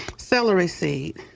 celery seed.